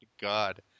God